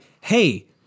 hey